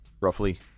roughly